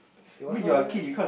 there was also a